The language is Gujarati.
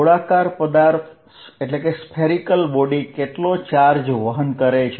ગોળાકાર પદાર્થ કેટલો ચાર્જ વહન કરે છે